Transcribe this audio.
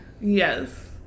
Yes